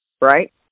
right